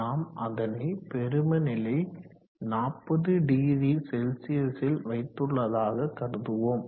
நாம் அதனை பெரும நிலை 400C ல் வைத்துள்ளதாக கருதுவோம்